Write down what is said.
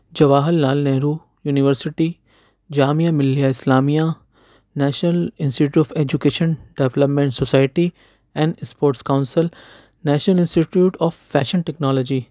Jawahar Lal Nehru University Jamia Millia Islamia National Institute of Education Development Society and Sport Council National Institute of Fashion technology